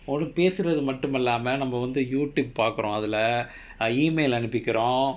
ஒரு பேசறது மட்டும் இல்லாம நாம வந்து:oru pesurathu mattum illaama naama vandu YouTube பாக்குறோம் அதுல:paakkuroom adhula email அனுப்புகிறோம்:anuppugirom